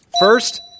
First